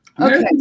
Okay